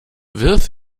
wirf